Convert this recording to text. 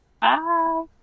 Bye